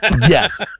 Yes